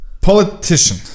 politician